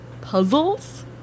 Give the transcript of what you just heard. puzzles